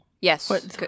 Yes